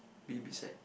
beside